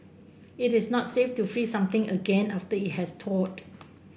it is not safe to freeze something again after it has thawed